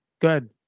good